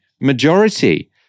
majority